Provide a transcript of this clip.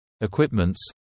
equipments